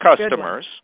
customers